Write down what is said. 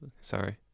sorry